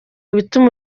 bituma